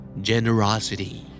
Generosity